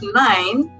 nine